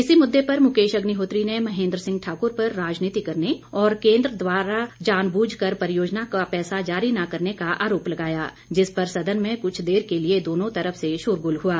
इसी मुद्दे पर मुकेश अग्निहोत्री ने महेंद्र सिंह ठाकुर पर राजनीति करने और केंद्र सरकार द्वारा जानबूझ कर परियोजना का पैसा जारी न करने का आरोप लगाया जिसपर सदन में कुछ देर के लिए दोनों तरफ से शोरगुल हुआ